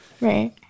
right